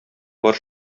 бар